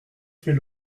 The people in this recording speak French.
fait